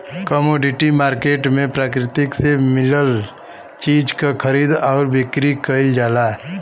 commodity market में प्रकृति से मिलल चीज क खरीद आउर बिक्री कइल जाला